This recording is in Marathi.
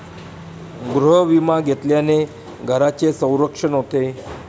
गृहविमा घेतल्याने घराचे संरक्षण होते